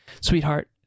Sweetheart